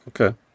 Okay